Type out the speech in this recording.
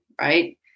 right